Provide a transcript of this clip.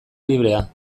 librea